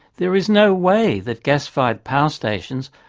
there is no way that gas-fired power stations,